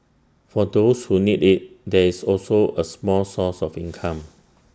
for those who need IT there's also A small source of income